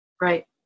right